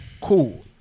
Cool